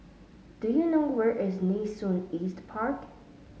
do you know where is Nee Soon East Park